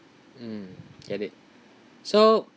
mm get it so